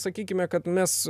sakykime kad mes